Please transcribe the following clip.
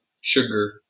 sugar